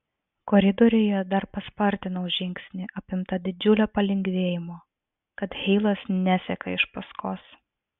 koridoriuje dar paspartinau žingsnį apimta didžiulio palengvėjimo kad heilas neseka iš paskos